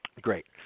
Great